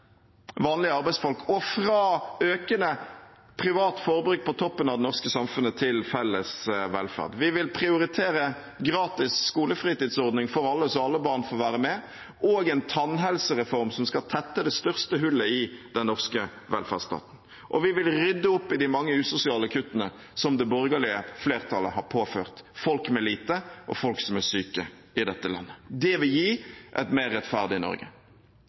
vanlige arbeidsfolk og fra økende privat forbruk på toppen av det norske samfunnet til felles velferd. Vi vil prioritere gratis skolefritidsordning for alle, så alle barn får være med, og en tannhelsereform som skal tette det største hullet i den norske velferdsstaten. Og vi vil rydde opp i de mange usosiale kuttene som det borgerlige flertallet har påført folk med lite og folk som er syke i dette landet. Det vil gi et mer rettferdig Norge.